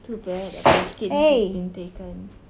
too bad that munchkin has been taken